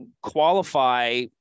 qualify